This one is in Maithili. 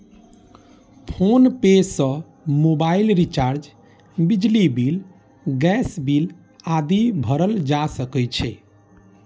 फोनपे सं मोबाइल रिचार्ज, बिजली बिल, गैस बिल आदि भरल जा सकै छै